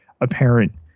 apparent